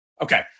Okay